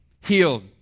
Healed